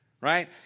right